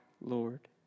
Lord